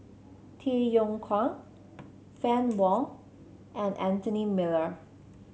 Tay Yong Kwang Fann Wong and Anthony Miller